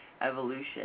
evolution